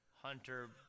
Hunter